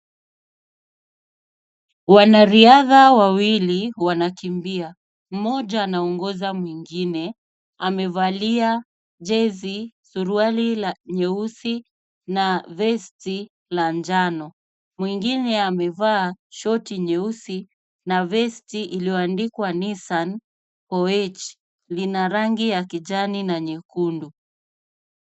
Wanariadha wawili wanakimbia. Mmoja anaongoza mwingine, amevalia jezi, suruali la nyeusi na vesti la njano. Mwingine amevaa short nyeusi na vesti iliyoandikwa Nissan Koech lina rangi ya kijani na nyekundu.